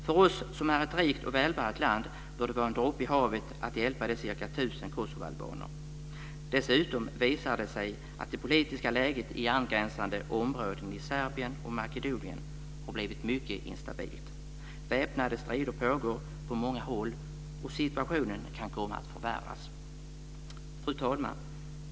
För Sverige som är ett rikt och välbärgat land bör det vara en droppe i havet att hjälpa de ca Dessutom visar det sig nu att det politiska läget i angränsande områden i Serbien och Makedonien har blivit mycket instabilt. Väpnade strider pågår på många håll, och situationen kan komma att förvärras. Fru talman!